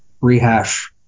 rehash